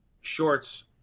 shorts